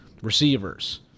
Receivers